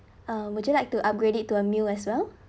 uh would you like to upgrade it to a meal as well